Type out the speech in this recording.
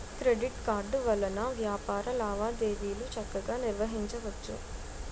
credit card వలన వ్యాపార లావాదేవీలు చక్కగా నిర్వహించవచ్చు